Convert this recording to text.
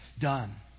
done